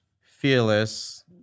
fearless